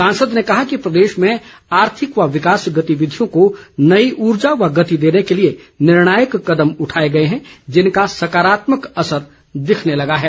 सांसद ने कहा कि प्रदेश में आर्थिक व विकास गतिविधियों को नई ऊर्जा व गर्ति देने के लिए निर्णायक कदम उठाए गए हैं जिनका सकारात्मक असर दिखने लगा है